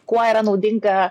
kuo yra naudinga